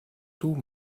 toe